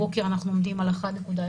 הבוקר אנחנו עומדים על 1.09,